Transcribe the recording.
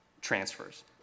transfers